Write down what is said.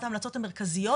אחת ההמלצות המרכזיות,